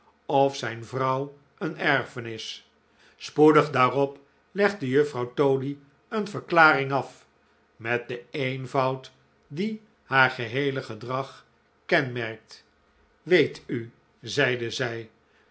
of zijn vrouw een erfenis spoedig daarop legde juffrouw toady een verklaring af met den eenvoud die haar geheele gedrag kenmerkt weet u zeide zij